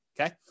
okay